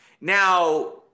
Now